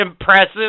impressive